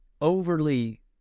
overly